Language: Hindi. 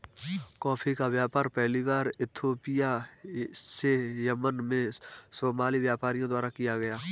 कॉफी का व्यापार पहली बार इथोपिया से यमन में सोमाली व्यापारियों द्वारा किया गया